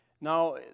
Now